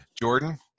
Jordan